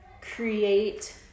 create